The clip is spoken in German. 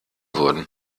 wurden